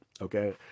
okay